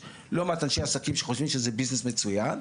יש לא מעט אנשי עסקים שחושבים שזה ביזנס מצוין.